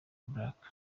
black